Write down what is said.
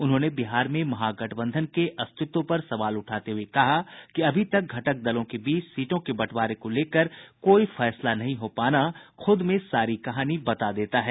उन्होंने बिहार में महागठबंधन के अस्तित्व पर सवाल उठाते हुये कहा कि अभी तक घटक दलों के बीच सीटों के बंटवारे को लेकर कोई फैसला नहीं हो पाना खुद में सारी कहानी बता देता है